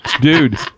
dude